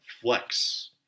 flex